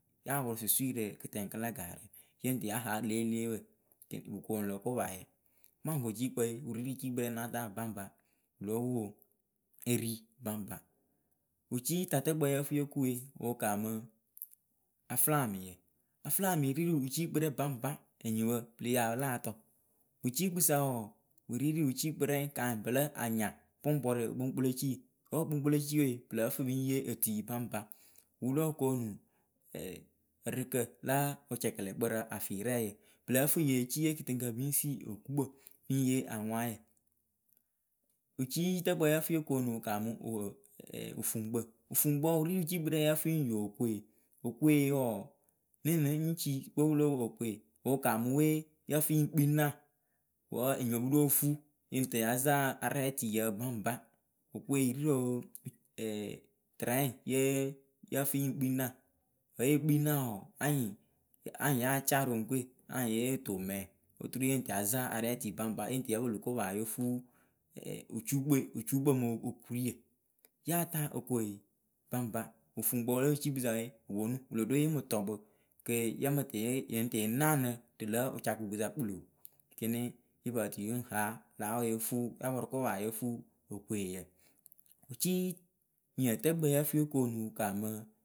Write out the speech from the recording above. yeri baŋba. wɨcitatɨkpǝ yɨ fɨ yo kue wɨ wɨkamɨ aflaŋyǝ afɨlamɩ ri rɨ wɨciikpǝ rɛŋ baŋba enyipǝ pɨ le yi ya pɨ láa tɔ wɨciikpɨ sa wɔɔ wɨ ri rɨ wɨciikpɨrɛŋ kanyiŋ pɨ lǝ anya pɨŋ pɔrʊ okpoŋkpɨloci wǝ okpŋkpɨlociye wepɨ lǝ́ǝ fɨ pɨŋ yee otui baŋba wɨ lóo koonu ǝrɨkǝ la wɨcɛkɛlɛkpǝ rɨ afirɛɛyǝ pɨ lǝ́ǝ fɨ ye ciiye kɨtɨŋkǝ pɨŋ si lö pɨŋ yee aŋwaayǝ wɨciiyitɨkpǝ yɨ fɨ yo koonu wɨ kamǝ orɨ wɨfuŋkǝ. wɨfuŋkpǝ wɨri rɨ wɨciikpɨ rɛŋ yǝ fɨ yɨŋ yo okoe. Okoe wɔɔ nɨŋnɨ nɨ ci gbɨwe pɨlǝ wokoe wɨ kamɨ we yǝ fɨ yɨŋ kpii naa wǝ enyipǝ pɨ lóo fuu yɨŋ tɨ ya zaŋ arɛtuiyǝ baŋba. Okoe yɨ ri rɨ tɨrɛŋ ye yɨfɨ yɨŋ kpii naa wǝ ye kpii naa wɔɔ anyɩŋ ya caa ro oŋuŋkuwe anyɩŋ yo toŋ mɛŋ oturu yɨŋ tɨ ya zaŋ arɛtui baŋba yɨŋ tɨ yǝ pɨlɨ kopa yo fuu wɨcukpɨ we wɨcuukpɨ mɨ okuriyǝ yaa taa okoe baŋba wɨfuŋkpǝ le wɨciikpɨ sa we wɨ ponu baŋba. wɨlo ɖo yɨ mɨ tɔ kpɨ kɨ yɨ mɨtɨ ye; kɨ yɨŋ naanɨ rɨ la wɨcakukpɨsa kpɨlo. kiniŋ yɨ pǝtɨ yeŋ haa lǎ wɛ yo fuu ya pɔrʊ kopa yo fuu okoyǝ. wɨciiniǝtǝkpǝ yǝ fɨ yo koonu wɨ kaamɨ.